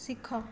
ଶିଖ